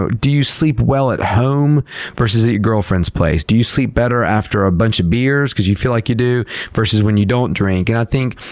but do you sleep well at home versus at your girlfriend's place? do you sleep better after a bunch of beers because, you feel like you do versus when you don't drink? and i think,